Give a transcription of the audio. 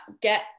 get